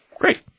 Great